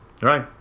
Right